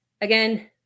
again